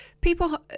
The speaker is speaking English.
people